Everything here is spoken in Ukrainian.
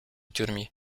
тюрмі